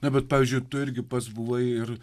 na bet pavyzdžiui tu irgi pats buvai ir